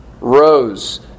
rose